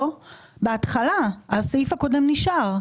בהתחלה, הסעיף הקודם נשאר.